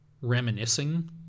reminiscing